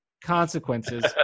consequences